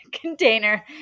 container